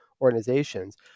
organizations